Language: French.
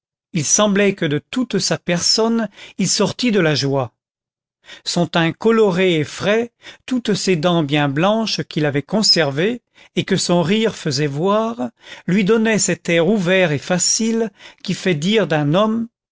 il semblait que de toute sa personne il sortît de la joie son teint coloré et frais toutes ses dents bien blanches qu'il avait conservées et que son rire faisait voir lui donnaient cet air ouvert et facile qui fait dire d'un homme